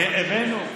הבאנו.